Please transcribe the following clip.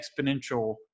exponential